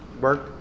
work